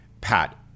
Pat